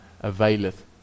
availeth